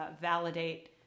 validate